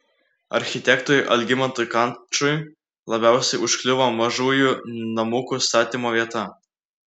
architektui algimantui kančui labiausiai užkliuvo mažųjų namukų statymo vieta